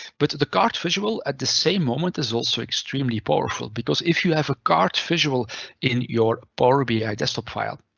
but the card visual at the same moment is also extremely powerful, because if you have a card visual in your power bi desktop file,